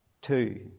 Two